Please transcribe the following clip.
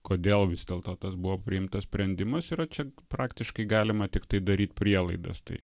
kodėl vis dėlto tas buvo priimtas sprendimas yra čia praktiškai galima tiktai daryt prielaidas tai